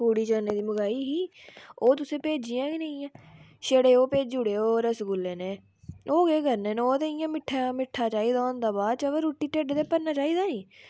पूड़ी चने दी मंगाई ही ओह् तुसें भेजियां गै नेईं हैन छड़े ओह भेजी ओड़े रसगुल्ले नेह् ओह् केह् करने न ओह् ते इ'यां मिट्ठा मिट्ठा चाहिदा होंदा बाद च अव रुट्टी ढिड्ढ ते भरना चाहिदा निं